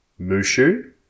Mushu